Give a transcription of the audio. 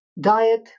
diet